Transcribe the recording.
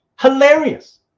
hilarious